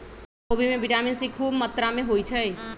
खोबि में vitamin C खूब मत्रा होइ छइ